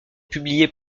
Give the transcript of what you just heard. publié